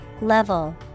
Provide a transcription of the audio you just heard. Level